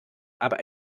aber